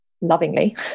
lovingly